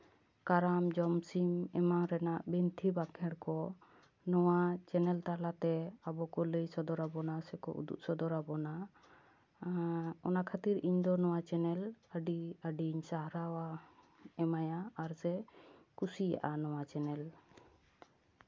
ᱠᱟᱨᱟᱢ ᱡᱚᱢ ᱥᱤᱢ ᱮᱢᱟᱱ ᱨᱮᱱᱟᱜ ᱵᱤᱱᱛᱤ ᱵᱟᱠᱷᱮᱲ ᱠᱚ ᱱᱚᱣᱟ ᱪᱮᱱᱮᱞ ᱛᱟᱞᱟᱛᱮ ᱟᱵᱚ ᱠᱚ ᱞᱟᱹᱭ ᱥᱚᱫᱚᱨ ᱟᱵᱚᱱᱟ ᱥᱮ ᱠᱚ ᱩᱫᱩᱜ ᱥᱚᱫᱚᱨ ᱟᱵᱚᱱᱟ ᱚᱱᱟ ᱠᱷᱟᱹᱛᱤᱨ ᱤᱧ ᱫᱚ ᱱᱚᱣᱟ ᱪᱮᱱᱮᱞ ᱟᱹᱰᱤ ᱟᱹᱰᱤᱧ ᱥᱟᱨᱦᱟᱣᱟ ᱮᱢᱟᱭᱟ ᱟᱨ ᱥᱮ ᱠᱩᱥᱤᱭᱟᱜᱼᱟ ᱱᱚᱣᱟ ᱪᱮᱱᱮᱞ